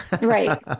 Right